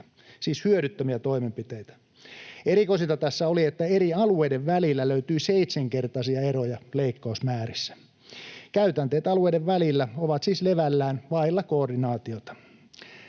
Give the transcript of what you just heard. siis hyödyttömiä toimenpiteitä. Erikoisinta tässä oli, että eri alueiden välillä löytyi seitsenkertaisia eroja leikkausmäärissä. Käytänteet alueiden välillä ovat siis levällään vailla koordinaatiota.